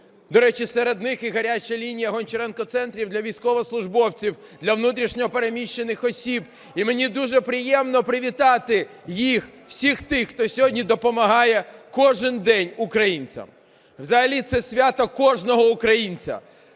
До речі, серед них і гаряча лінія "Гоначернко Центрів" для військовослужбовців, для внутрішньо переміщених осіб. І мені дуже приємно привітати їх, всіх тих, хто сьогодні допомагає кожен день українцям. Взагалі це свято кожного українця,